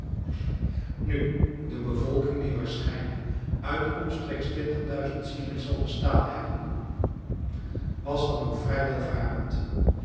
nu de bevolking die waarschijnlijk uit omstreeks twintigduizend zielen zal bestaan hebben was dan ook vrij welvarend